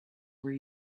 were